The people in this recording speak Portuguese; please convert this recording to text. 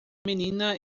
menina